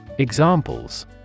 Examples